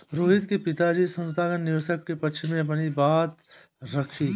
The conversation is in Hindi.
रोहित के पिताजी संस्थागत निवेशक के पक्ष में अपनी बात रखी